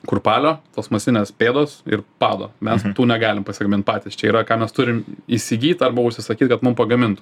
kurpalio plastmasinės pėdos ir pado mes negalim pasigamint patys čia yra ką mes turim įsigyt arba užsisakyt kad mum pagamintų